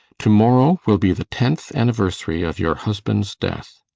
to-morrow will be the tenth anniversary of your husband's death.